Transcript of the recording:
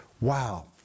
Wow